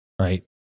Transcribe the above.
right